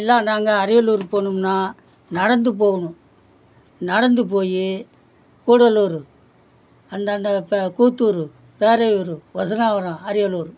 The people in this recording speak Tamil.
எல்லாம் அதுதாங்க அரியலூருக்கு போகணும்னா நடந்து போகணும் நடந்து போய் கூடலூர் அந்தாண்ட இப்போ கூத்தூர் பேரையூர் ஒசங்காவரம் அரியலூர்